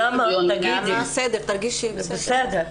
תגידי, זה בסדר.